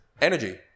energy